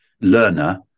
learner